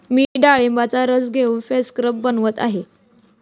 मी डाळिंबाचा रस घालून फेस पॅक बनवत आहे